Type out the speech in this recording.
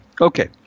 Okay